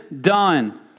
done